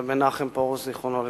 ר' מנחם פרוש, זיכרונו לברכה.